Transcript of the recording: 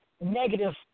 negative